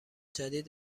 جدید